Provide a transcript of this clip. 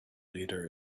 leader